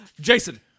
Jason